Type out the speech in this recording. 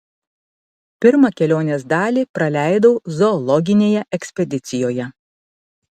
pirmą kelionės dalį praleidau zoologinėje ekspedicijoje